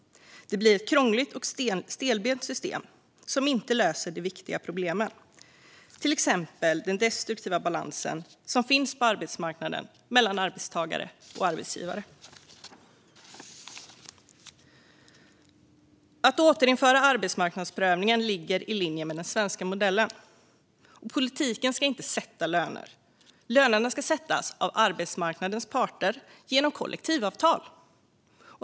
Det blir ett krångligt och stelbent system som inte löser de viktiga problemen, till exempel den destruktiva balansen som finns på arbetsmarknaden mellan arbetstagare och arbetsgivare. Att återinföra arbetsmarknadsprövningen ligger i linje med den svenska modellen. Politiken ska inte sätta löner, utan lönerna ska sättas av arbetsmarknadens parter genom kollektivavtal.